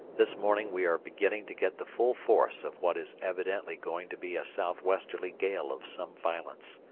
this morning we are beginning to get the full force of what is evidently going to be a south-westerly gale of some violence.